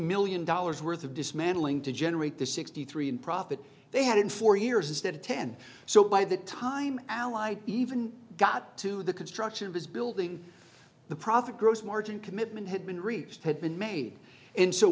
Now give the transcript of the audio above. million dollars worth of dismantling to generate the sixty three in profit they had in four years instead of ten so by the time allied even got to the construction of his building the profit gross margin commitment had been reduced had been made and so